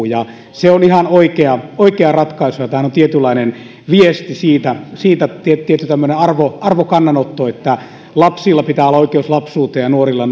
ja se on ihan oikea oikea ratkaisu tämähän on tietynlainen viesti siitä siitä tietty tämmöinen arvokannanotto että lapsilla pitää olla oikeus lapsuuteen ja nuorilla